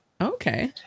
Okay